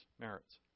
merits